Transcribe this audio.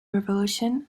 revolution